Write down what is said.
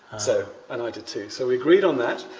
so and i did too, so we agreed on that.